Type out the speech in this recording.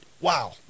wow